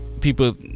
people